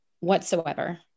whatsoever